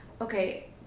Okay